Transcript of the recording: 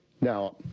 Now